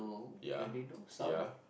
ya